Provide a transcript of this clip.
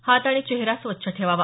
हात आणि चेहरा स्वच्छ ठेवावा